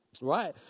Right